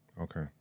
Okay